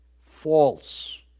false